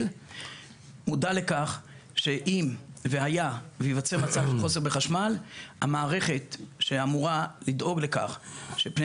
מודע לכך שאם והיה וייווצר מצב של חוסר בחשמל המערכת שאמורה לדאוג לכך שפני